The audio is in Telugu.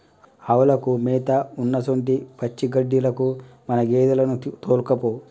ఆవులకు మేత ఉన్నసొంటి పచ్చిగడ్డిలకు మన గేదెలను తోల్కపో